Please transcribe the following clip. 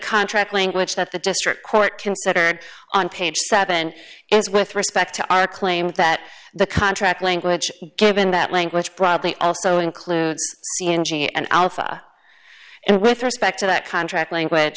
contract language that the district court considered on page seven is with respect to our claim that the contract language given that language broadly also includes c and g and alpha and with respect to that contract language